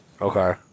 Okay